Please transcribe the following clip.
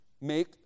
make